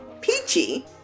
peachy